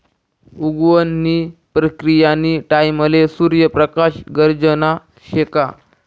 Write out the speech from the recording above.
उगवण नी प्रक्रीयानी टाईमले सूर्य प्रकाश गरजना शे का